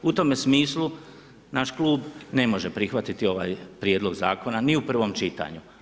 U tome smislu naš klub ne može prihvatiti ovaj prijedlog zakona ni u prvom čitanju.